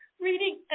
reading